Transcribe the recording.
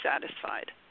satisfied